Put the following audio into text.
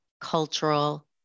cultural